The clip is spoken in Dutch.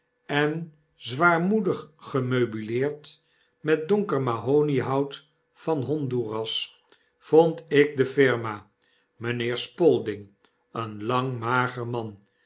en zwaarmoedig gemeubileerd met donker mahoniehout van honduras vondikde firma mynheer spalding eenlangmager man